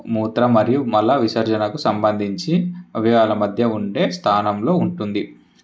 మూత్రం మరియు మల విసర్జనకు సంబంధించి అవి వాళ్ళ మధ్య ఉండే స్థానంలో ఉంటుంది